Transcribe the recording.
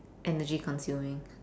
energy consuming